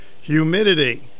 humidity